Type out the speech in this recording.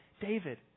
David